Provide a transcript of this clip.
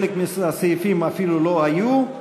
ובחלק מהסעיפים אפילו לא היו.